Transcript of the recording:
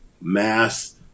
mass